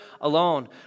alone